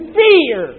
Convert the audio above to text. fear